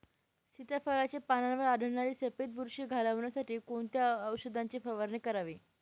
सीताफळाचे पानांवर आढळणारी सफेद बुरशी घालवण्यासाठी कोणत्या औषधांची फवारणी करावी?